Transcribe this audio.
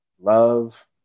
Love